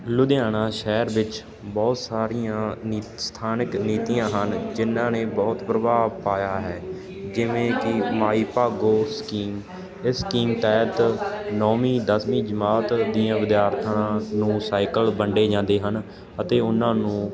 ਲੁਧਿਆਣਾ ਸ਼ਹਿਰ ਵਿੱਚ ਬਹੁਤ ਸਾਰੀਆਂ ਨੀਤ ਸਥਾਨਕ ਨੀਤੀਆਂ ਹਨ ਜਿਹਨਾਂ ਨੇ ਬਹੁਤ ਪ੍ਰਭਾਵ ਪਾਇਆ ਹੈ ਜਿਵੇਂ ਕਿ ਮਾਈ ਭਾਗੋ ਸਕੀਮ ਇਹ ਸਕੀਮ ਤਹਿਤ ਨੌਵੀਂ ਦਸਵੀਂ ਜਮਾਤ ਦੀਆਂ ਵਿਦਿਆਰਥੀਆਂ ਨੂੰ ਸਾਈਕਲ ਵੰਡੇ ਜਾਂਦੇ ਹਨ ਅਤੇ ਉਹਨਾਂ ਨੂੰ